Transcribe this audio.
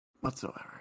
whatsoever